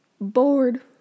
bored